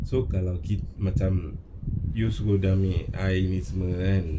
so kalau ki~ macam useful dalam ni ai~ semua kan